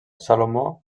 salomó